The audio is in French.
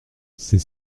c’est